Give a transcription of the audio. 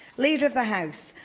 leader of the house,